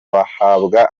bahabwa